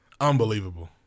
unbelievable